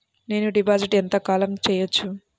నేను డిపాజిట్ ఎంత కాలం చెయ్యవచ్చు?